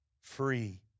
free